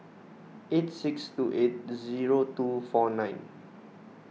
eight six two eight zero two four nine